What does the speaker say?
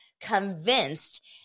convinced